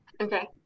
Okay